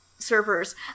servers